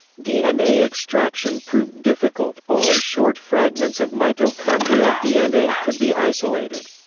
dna extraction proved difficult only short fragments of mitochondrial dna could be isolated.